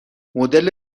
مدل